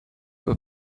were